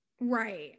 Right